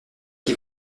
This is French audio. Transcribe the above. qui